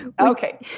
Okay